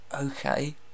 Okay